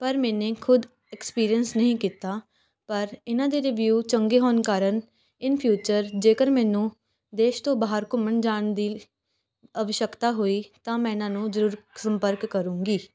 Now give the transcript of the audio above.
ਪਰ ਮੈਨੇ ਖੁਦ ਐਕਸਪੀਰੀਅੰਸ ਨਹੀਂ ਕੀਤਾ ਪਰ ਇਹਨਾਂ ਦੇ ਰਿਵਿਊ ਚੰਗੇ ਹੋਣ ਕਾਰਨ ਇਨ ਫਿਊਚਰ ਜੇਕਰ ਮੈਨੂੰ ਦੇਸ਼ ਤੋਂ ਬਾਹਰ ਘੁੰਮਣ ਜਾਣ ਦੀ ਅਵਸ਼ੱਕਤਾ ਹੋਈ ਤਾਂ ਮੈਂ ਇਹਨਾਂ ਨੂੰ ਜ਼ਰੂਰ ਸੰਪਰਕ ਕਰੂੰਗੀ